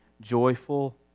joyful